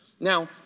Now